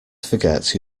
forget